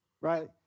Right